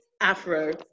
afro